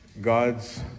God's